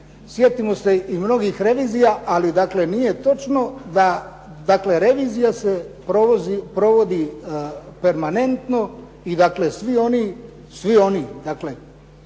Sjetimo se i mnogih revizija. Ali dakle, nije točno da, dakle revizija se provodi permanentno i dakle svi oni, dakle